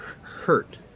hurt